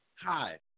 Hi